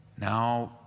now